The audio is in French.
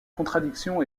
contradiction